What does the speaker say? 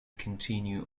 continue